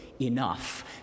enough